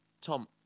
Tom